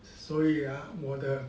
所以啊我的